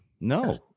no